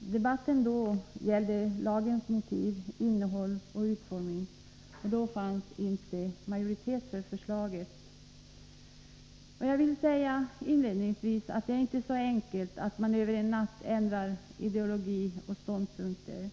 Debatten då gällde lagens motiv, innehåll och utformning, och då fanns inte majoritet för förslaget. Jag vill inledningsvis säga att det inte är så enkelt att man över en natt ändrar ideologi och ståndpunkter.